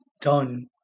done